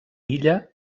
illa